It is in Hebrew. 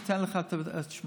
תוריד את המע"מ,